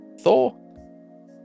Thor